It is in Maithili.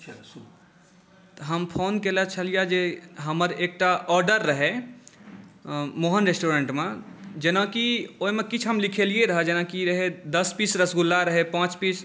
तऽ हम फोन कयने छलियै हँ जे हमर एकटा ऑर्डर रहै मोहन रेस्टुरेंटमे जेनाकि ओहिमे हम किछु लिखेले रहियै जेनाकि रहै दस पीस रसगुल्ला रहै पाँच पीस